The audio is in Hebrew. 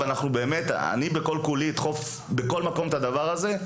אני אדחוף את הדבר הזה בכל כולי.